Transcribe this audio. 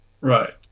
right